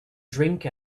drink